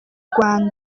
rwanda